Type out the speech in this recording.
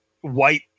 white